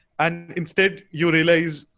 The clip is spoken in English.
and instead, you realize,